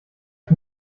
ich